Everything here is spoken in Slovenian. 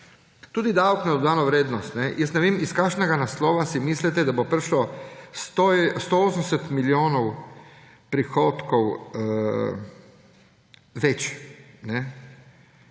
Tudi davek na dodano vrednost, ne vem, iz kakšnega naslova si mislite, da bo prišlo 180 milijonov prihodkov več.